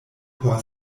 por